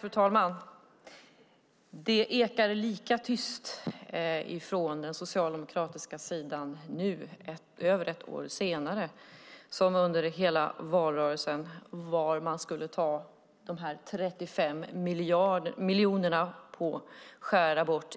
Fru talman! Det ekar lika tyst från den socialdemokratiska sidan nu, ett år senare, som under hela valrörelsen när det gäller var man ska skära bort dessa 35 miljoner